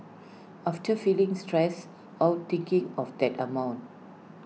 often feeling stressed out thinking of that amount